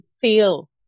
feel